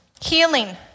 Healing